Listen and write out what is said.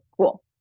cool